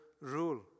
rule